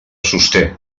sosté